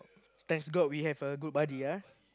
thanks god we have a good buddy ah